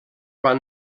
van